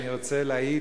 אני רוצה להעיד,